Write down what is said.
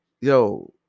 yo